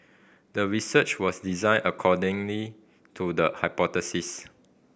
the research was designed accordingly to the hypothesis